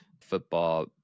football